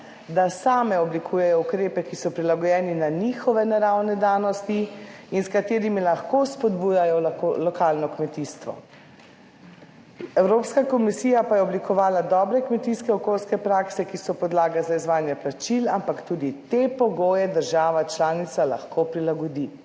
da same oblikujejo ukrepe, ki so prilagojeni na njihove naravne danosti in s katerimi lahko spodbujajo lokalno kmetijstvo. Evropska komisija pa je oblikovala dobre kmetijske okoljske prakse, ki so podlaga za izvajanje plačil, ampak tudi te pogoje država članica lahko prilagodi.